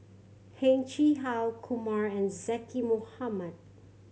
Heng Chee How Kumar and Zaqy Mohamad